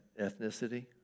ethnicity